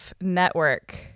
Network